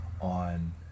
on